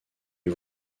les